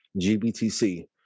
GBTC